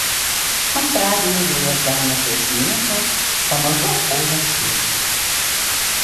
antradienį vėjas dar nešios sniegą pamažu oras vės